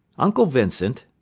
uncle vincent,